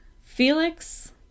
Felix